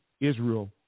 Israel